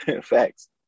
Facts